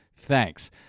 Thanks